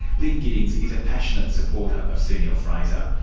lynne giddings is a passionate supporter of sue neill-fraser.